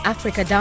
Africa